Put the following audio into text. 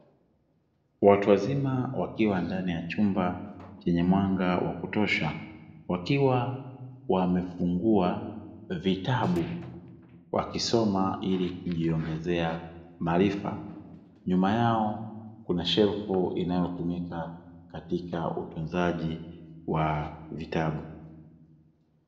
Watu wazima wakiwa ndani ya chumba chenye mwanga wa kutosha, wakiwa wamefungua vitabu, wakisoma ili kujiongezea maarifa nyuma yao kuna shelfu inayotumika katika utunzaji wa vitabu.